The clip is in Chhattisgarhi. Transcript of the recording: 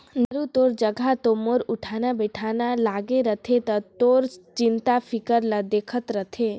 दाऊ तोर जघा तो मोर उठना बइठना लागे रथे त तोर चिंता फिकर ल देखत रथें